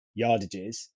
yardages